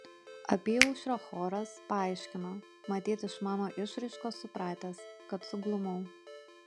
apyaušrio choras paaiškino matyt iš mano išraiškos supratęs kad suglumau